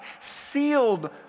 sealed